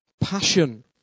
passion